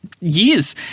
years